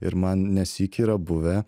ir man ne sykį yra buvę